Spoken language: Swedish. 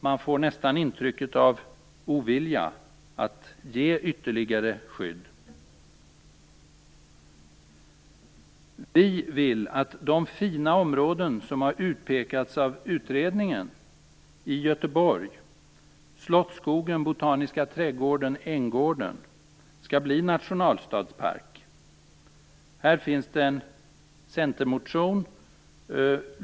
Man får nästan intrycket av ovilja att ge ytterligare skydd. Vi vill att de fina områden som har utpekats av utredningen i Göteborg - Slottsskogen, Botaniska trädgården och Änggården - skall bli nationalstadspark. På denna punkt finns en centermotion.